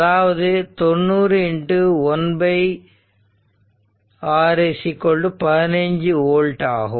அதாவது 90 ⅙ 15 ஓல்ட் ஆகும்